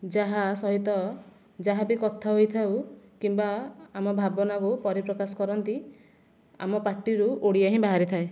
ଯାହା ସହିତ ଯାହାବି କଥା ହୋଇଥାଉ କିମ୍ବା ଆମ ଭାବନାକୁ ପରିପ୍ରକାଶ କରନ୍ତି ଆମ ପାଟିରୁ ଓଡ଼ିଆ ହିଁ ବାହାରିଥାଏ